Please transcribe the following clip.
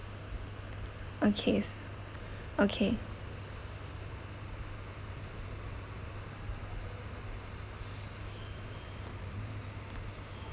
okay okay